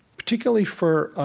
particularly for,